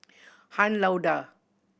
Han Lao Da